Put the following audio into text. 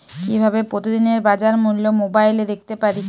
কিভাবে প্রতিদিনের বাজার মূল্য মোবাইলে দেখতে পারি?